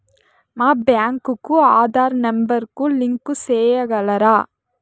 మా బ్యాంకు కు ఆధార్ నెంబర్ కు లింకు సేయగలరా?